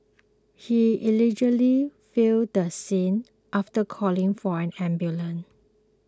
he allegedly fled the scene after calling for an ambulance